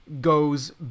goes